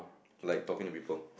like talking to people